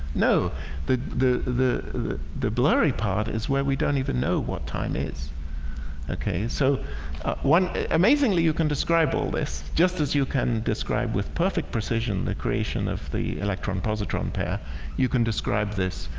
no the the the blurry part is where we don't even know what time is okay, so one amazingly you can describe all this just as you can describe with perfect precision the creation of the electron-positron pair you can describe this,